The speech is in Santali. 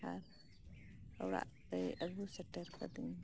ᱟᱨ ᱚᱲᱟᱜ ᱛᱮ ᱟᱹᱜᱩ ᱥᱮᱴᱮᱨ ᱠᱟᱹᱫᱤᱧᱟ